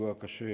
הפיגוע הקשה